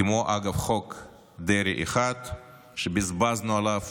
כמו, אגב, חוק דרעי אחד, שבזבזנו עליו